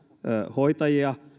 hoitajia